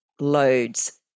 loads